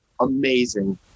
amazing